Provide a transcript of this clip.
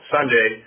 Sunday